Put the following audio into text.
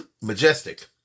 majestic